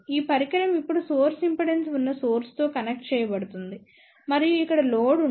ఈ పరికరం ఇప్పుడు సోర్స్ ఇంపిడెన్స్ ఉన్న సోర్స్తో కనెక్ట్ చేయబడింది మరియు ఇక్కడ లోడ్ ఉంది